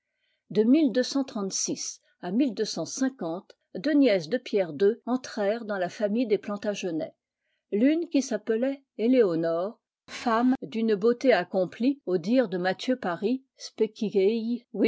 de à deux nièces de pierre ii entrèrent dans la famille des plantagenets l'une qui s'appelait éléonore femme d'une beauté accomplie au dire de matthieu paris